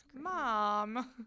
mom